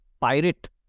pirate